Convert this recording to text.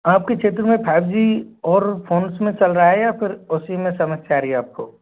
आपके क्षेत्र में फाईव जी और फ़ोन्स में चल रहा है या फिर उसी में समस्या आ रही है आपको